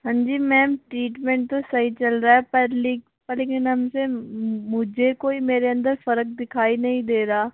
हाँ जी ma'am treatment तो सही चल रहा है पर लेकिन पर लेकिन मैम मुझे कोई मेरे अंदर फर्क दिखाई नहीं दे रहा